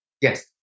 Yes